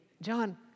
John